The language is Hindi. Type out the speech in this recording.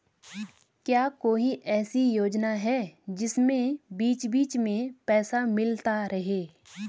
क्या कोई ऐसी योजना है जिसमें बीच बीच में पैसा मिलता रहे?